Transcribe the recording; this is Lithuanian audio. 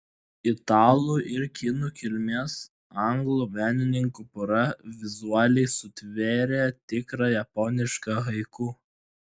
italų ir kinų kilmės anglų menininkų pora vizualiai sutvėrė tikrą japonišką haiku